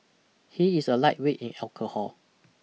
he is a lightweight in alcohol